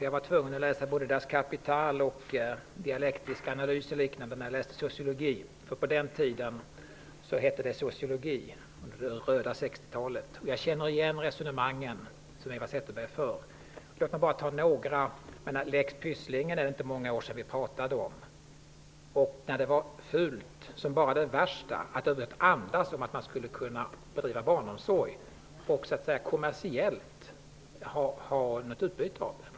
Jag var tvungen att läsa både Das Kapital och dialektisk analys när jag läste sociologi; på den tiden -- under det röda 60-talet -- hette det sociologi. Jag känner därför igen de resonemang som Eva Zetterberg för. Låt mig bara ta några exempel. Det är inte många år sedan vi pratade om lex Pysslingen. Då var det fult, ja det värsta man kunde göra, att ens andas om att man skulle kunna bedriva barnomsorg och ha något kommersiellt utbyte av det.